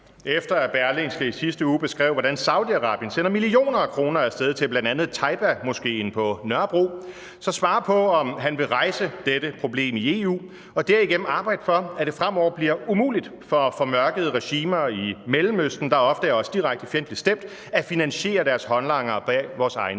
efter at Berlingske i sidste uge beskrev, hvordan Saudi-Arabien sender millioner af kroner af sted til bl.a. Taiba Moskeen på Nørrebro, svare på, om han vil rejse dette problem i EU og derigennem arbejde for, at det fremover bliver umuligt for formørkede regimer i Mellemøsten, der ofte er os direkte fjendtligt stemt, at finansiere deres håndlangere bag vores egne